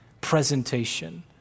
presentation